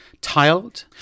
tiled